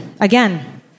again